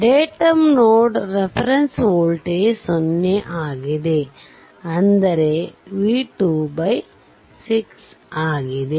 datum node reference voltage 0 ಆಗಿದೆ ಅಂದರೆ v2 6 ಆಗಿದೆ